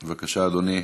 בבקשה, אדוני,